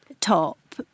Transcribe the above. top